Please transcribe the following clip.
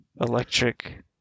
Electric